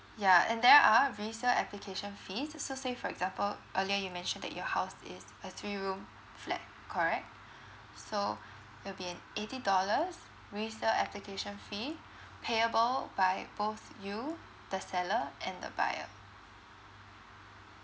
yeah and there are resale application fees so say for example earlier you mentioned that your house is a three room flat correct so there'll be an eighty dollars resale application fee payable by both you the seller and the buyer